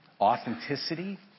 authenticity